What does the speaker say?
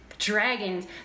Dragons